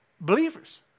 believers